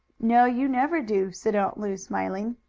no, you never do, said aunt lu, smiling.